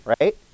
right